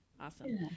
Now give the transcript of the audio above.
awesome